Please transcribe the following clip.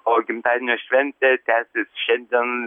o gimtadienio šventė tęsis šiandien